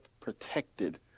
protected